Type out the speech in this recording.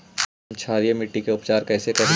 हम क्षारीय मिट्टी के उपचार कैसे करी?